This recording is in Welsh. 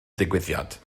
digwyddiad